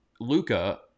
luca